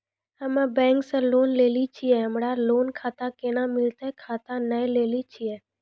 हम्मे बैंक से लोन लेली छियै हमरा लोन खाता कैना मिलतै खाता नैय लैलै छियै?